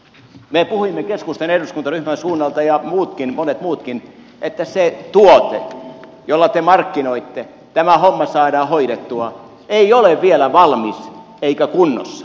me puhuimme keskustan eduskuntaryhmän suunnalta ja monet muutkin että se tuote jolla te markkinoitte että tämä homma saadaan hoidettua ei ole vielä valmis eikä kunnossa